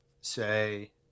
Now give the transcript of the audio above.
say